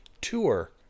tour